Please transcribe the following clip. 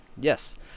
Yes